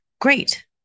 Great